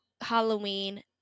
Halloween